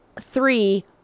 three